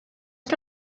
que